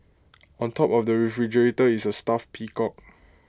on top of the refrigerator is A stuffed peacock